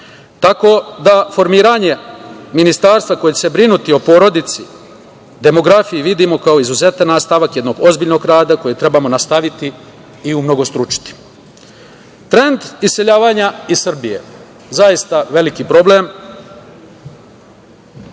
tako da formiranje ministarstva koje će se brinuti o porodici, demografiji vidimo kao izuzetan nastavak jednog ozbiljnog rada koji trebamo nastaviti i umnogostručiti. Trend iseljavanja iz Srbije. Zaista veliki problem.